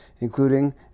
including